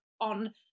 on